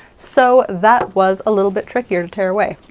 so that was a little bit trickier to tear away.